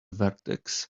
vertex